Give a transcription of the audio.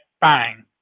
bang